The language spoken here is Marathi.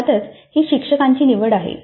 अर्थातच ही शिक्षकाची निवड आहे